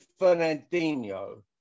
Fernandinho